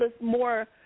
more